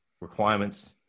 requirements